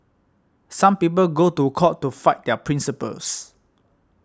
some people go to court to fight their principles